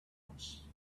mars